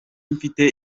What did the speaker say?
mfite